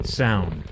sound